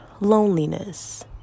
Loneliness